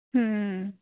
ᱦᱩᱸᱻᱻ